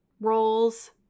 roles